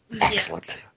Excellent